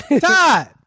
todd